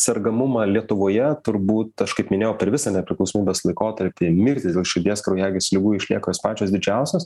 sergamumą lietuvoje turbūt aš kaip minėjau per visą nepriklausomybės laikotarpį mirtys dėl širdies kraujagyslių ligų išlieka jos pačios didžiausios